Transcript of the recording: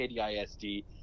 KDISD